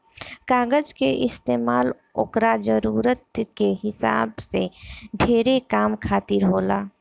कागज के इस्तमाल ओकरा जरूरत के हिसाब से ढेरे काम खातिर होला